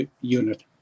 unit